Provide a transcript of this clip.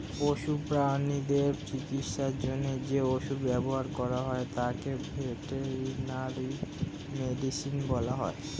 পশু প্রানীদের চিকিৎসার জন্য যে ওষুধ ব্যবহার করা হয় তাকে ভেটেরিনারি মেডিসিন বলা হয়